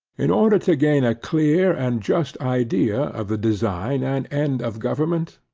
in order to gain a clear and just idea of the design and end of government,